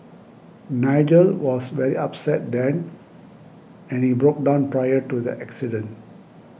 Nigel was very upset then and he broke down prior to the accident